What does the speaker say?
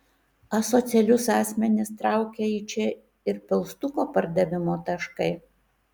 asocialius asmenis traukia į čia ir pilstuko pardavimo taškai